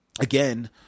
again